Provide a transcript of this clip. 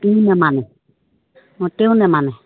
তেও নেমানে অঁ তেও নেমানে